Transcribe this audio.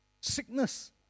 sickness